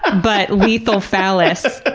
but lethal phallus.